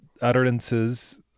utterances